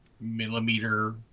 millimeter